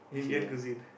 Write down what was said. okay